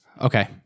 Okay